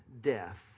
death